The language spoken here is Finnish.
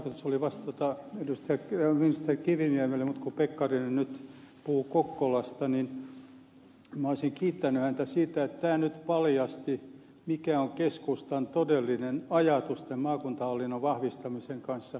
tarkoitus oli vastata ministeri kiviniemelle mutta kun ministeri pekkarinen nyt puhui kokkolasta niin minä olisin kiittänyt häntä siitä että tämä nyt paljasti mikä on keskustan todellinen ajatus tämän maakuntahallinnon vahvistamisen kanssa